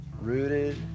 Rooted